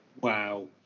Wow